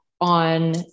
on